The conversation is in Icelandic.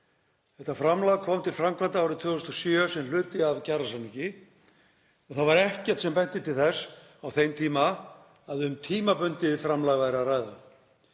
Þetta framlag kom til framkvæmda árið 2007 sem hluti af kjarasamningi og það var ekkert sem benti til þess á þeim tíma að um tímabundið framlag væri að ræða.